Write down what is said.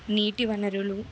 నీటి వనరులు